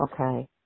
Okay